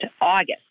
August